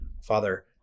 Father